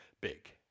big